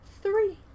Three